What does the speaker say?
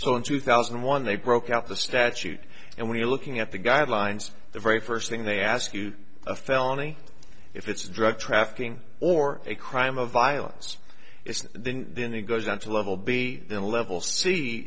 so in two thousand and one they broke out the statute and when you're looking at the guidelines the very first thing they ask you a felony if it's a drug trafficking or a crime of violence it's then then it goes down to a level b then level